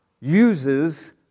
uses